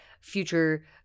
future